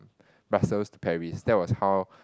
Brussels to Paris that was how